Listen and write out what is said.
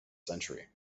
century